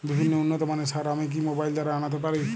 বিভিন্ন উন্নতমানের সার আমি কি মোবাইল দ্বারা আনাতে পারি?